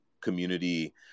community